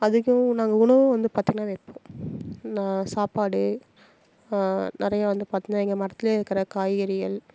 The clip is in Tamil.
அதுக்கும் நாங்கள் உணவு வந்து பார்த்தீங்கன்னா வைப்போம் நான் சாப்பாடு நிறையா வந்து பார்த்திங்கன்னா எங்கள் மரத்தில் இருக்கிற காய்கறிகள்